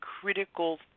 critical